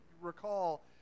recall